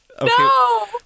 No